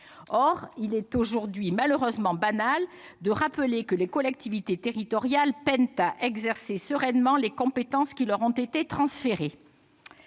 Or il est aujourd'hui malheureusement banal de rappeler que les collectivités territoriales peinent à exercer sereinement les compétences qui leur ont été transférées.